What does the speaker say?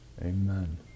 amen